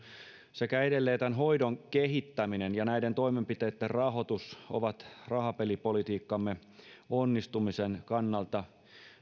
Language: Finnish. sekä edelleen hoidon kehittäminen ja näiden toimenpiteitten rahoitus ovat rahapelipolitiikkamme onnistumisen kannalta